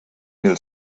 mil